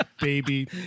baby